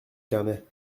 carnet